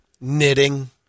knitting